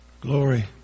Glory